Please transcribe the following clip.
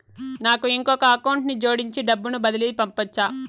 నాకు ఇంకొక అకౌంట్ ని జోడించి డబ్బును బదిలీ పంపొచ్చా?